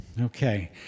okay